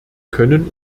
können